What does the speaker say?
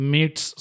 Meets